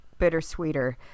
bittersweeter